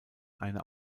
einer